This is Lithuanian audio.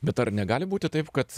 bet ar negali būti taip kad